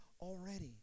already